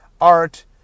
art